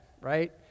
right